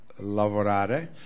lavorare